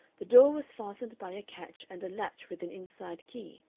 the door was fastened by a catch and a latch with an inside key,